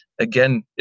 Again